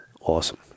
Awesome